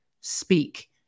speak